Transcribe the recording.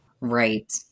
right